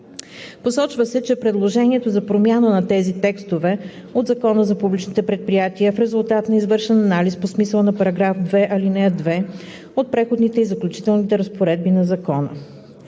Посочва се, че предложението за промяна на тези текстове от Закона за публичните предприятия е в резултат на извършен анализ по смисъла на § 2, ал. 2 от Преходните и заключителни разпоредби на Закона.